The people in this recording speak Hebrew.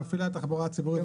מפעילי התחבורה הציבורית,